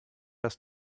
das